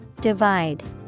divide